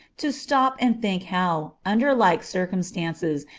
to stop and think how, under like circumstances,